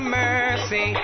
mercy